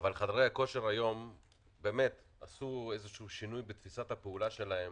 אבל היום חדרי הכושר עשו שינוי בתפיסת הפעולה שלהם